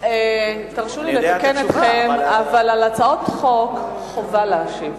תרשו לי לתקן אתכם, אבל על הצעות חוק חובה להשיב,